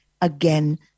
again